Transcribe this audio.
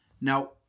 Now